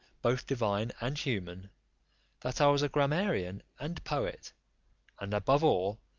both divine and human that i was a grammarian and poet and above all,